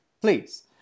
please